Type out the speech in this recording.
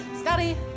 Scotty